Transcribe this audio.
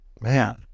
Man